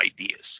ideas